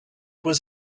was